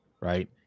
right